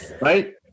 right